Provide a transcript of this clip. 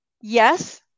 Yes